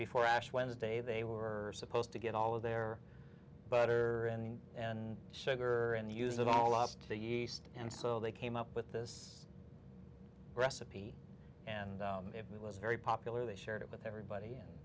before ash wednesday they were supposed to get all of their butter and sugar and the use of all lost the yeast and so they came up with this recipe and it was very popular they shared it with everybody and